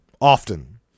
often